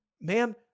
Man